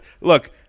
Look